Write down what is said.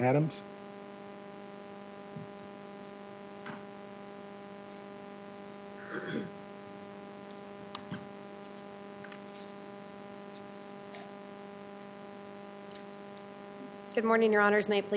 adam